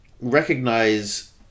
Recognize